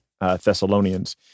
Thessalonians